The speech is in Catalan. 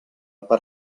per